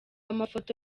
amafoto